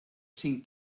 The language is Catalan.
cinc